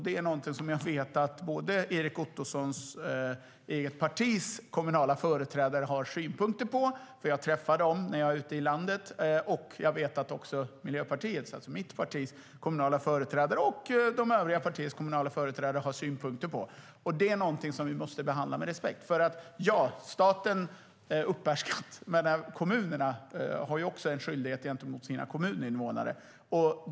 Det är något som jag vet att Erik Ottosons eget partis kommunala företrädare har synpunkter på, för jag träffar dem när jag är ute i landet. Jag vet att också Miljöpartiets, alltså mitt partis, kommunala företrädare och de övriga partiernas kommunala företrädare har synpunkter på det. Det måste vi behandla med respekt. Ja, staten uppbär skatt, men kommunerna har också en skyldighet gentemot sina kommuninvånare.